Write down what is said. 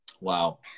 Wow